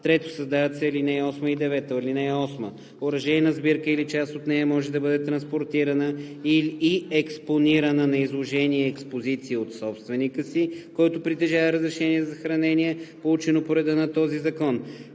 3. Създават се ал. 8 и 9: „(8) Оръжейна сбирка или част от нея може да бъде транспортирана и експонирана на изложения и експозиции от собственика си, който притежава разрешение за съхранение, получено по реда на този закон.